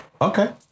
okay